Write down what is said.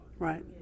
Right